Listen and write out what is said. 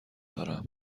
دارم